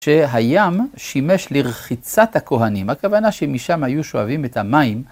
שהים שימש לרחיצת הכוהנים, הכוונה שמשם היו שואבים את המים.